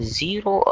zero